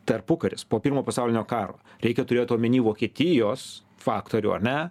tarpukaris po pirmo pasaulinio karo reikia turėt omeny vokietijos faktorių ar ne